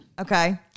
Okay